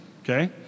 okay